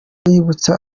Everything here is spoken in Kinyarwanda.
yibutsa